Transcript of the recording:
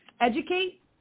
educate